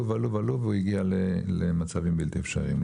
ועלו ועלו והוא הגיע למצבים בלתי אפשריים.